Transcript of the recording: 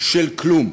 של כלום,